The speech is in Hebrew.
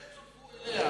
מה זאת אומרת צורפו אליה?